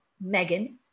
Megan